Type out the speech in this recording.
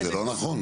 זה לא נכון?